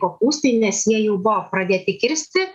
kopūstai nes jie jau buvo pradėti kirsti